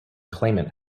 claimant